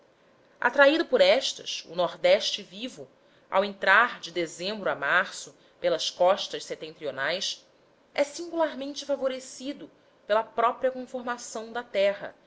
atraído por estas o nordeste vivo ao entrar de dezembro a março pelas costas setentrionais é singularmente favorecido pela própria conformação da terra